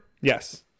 Yes